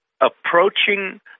approaching